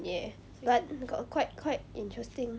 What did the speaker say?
ya but got quite quite interesting